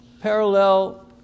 Parallel